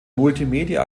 multimedia